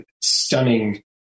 stunning